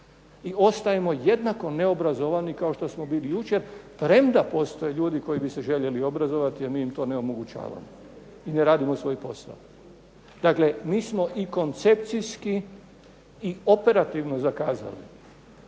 i ostajemo jednako neobrazovani kao što smo bili jučer, premda postoje ljudi koji bi se željeli obrazovati, a mi im to ne omogućavamo, i ne radimo svoj posao. Dakle, mi smo i koncepcijski i operativno zakazali.